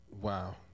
Wow